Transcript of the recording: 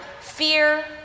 fear